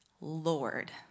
Lord